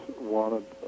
wanted